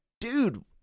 dude